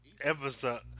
episode